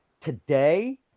today